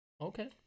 Okay